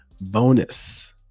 bonus